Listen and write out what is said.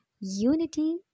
Unity